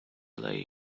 lay